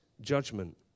judgment